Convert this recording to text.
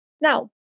Now